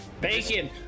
Bacon